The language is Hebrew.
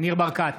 ניר ברקת,